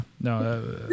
no